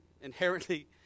inherently